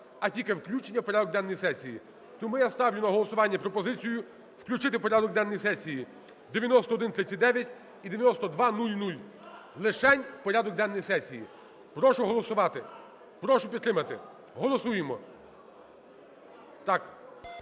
а тільки включення в порядок денної сесії. Тому я ставлю на голосування пропозицію включити у порядок денної сесії 9139 і 9200, лишень у порядок денний сесії. Прошу голосувати, прошу підтримати. Голосуємо. Так.